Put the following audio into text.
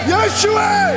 Yeshua